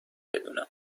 بدونم